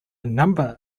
number